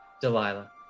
Delilah